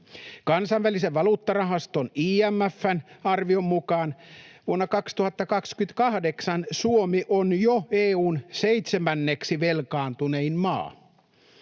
Kansainvälisen valuuttarahaston IMF:n arvion mukaan 2028 Suomi on jo EU:n seitsemänneksi velkaantunein maa.